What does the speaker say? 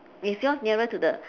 is yours nearer to the